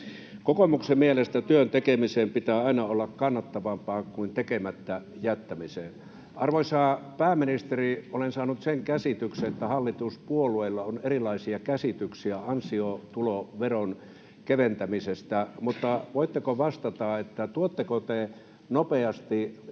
Kokoomuksen mielestä työn tekemisen pitää aina olla kannattavampaa kuin tekemättä jättämisen. Arvoisa pääministeri, olen saanut sen käsityksen, että hallituspuolueilla on erilaisia käsityksiä ansiotuloveron keventämisestä, mutta voitteko vastata: tuotteko te nopeasti eli